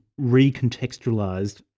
recontextualized